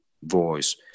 voice